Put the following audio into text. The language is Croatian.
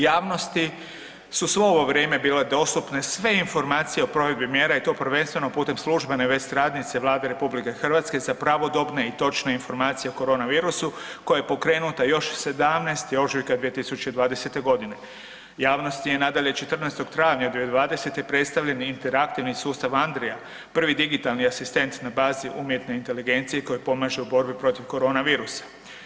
Javnosti su svo ovo vrijeme bile dostupne sve informacije o provedbi mjera i to prvenstveno putem službene web stranice Vlade RH za pravodobne i točne informacije o koronavirusu koja je pokrenuta još 17. ožujka 2020. g. Javnost je i nadalje, 14. travnja 2020. predstavljen i interaktivni sustav Andrija, prvi digitalni asistent na bazi umjetne inteligencije koji pomaže u borbi protiv koronavirusa.